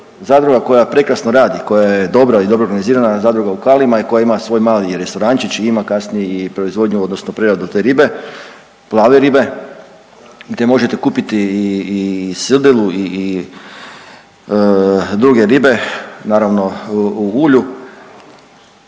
Zadruga koja prekrasno radi, koja je dobra i dobro organizirana zadruga u Kalima i koja ima svoj mali i restorančić i ima kasnije i proizvodnju odnosno preradu te ribe, plave ribe, te možete kupiti i srdelu i druge ribe naravno u ulju.